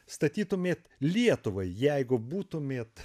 statytumėt lietuvai jeigu būtumėt